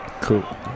Cool